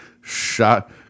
Shot